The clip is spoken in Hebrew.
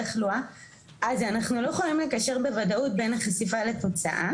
התחלואה אז אנחנו לא יכולים לקשר בוודאות בין החשיפה לתוצאה,